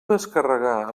descarregar